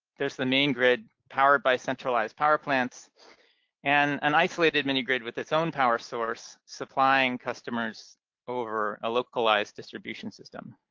there's the main grid powered by centralized power plants and an isolated mini-grid with its own power source supplying customers over a localized distribution system.